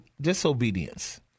disobedience